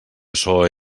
açò